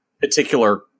particular